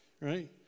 Right